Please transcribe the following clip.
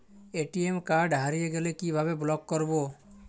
ATM card হারিয়ে গেলে কিভাবে ব্লক করবো?